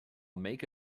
make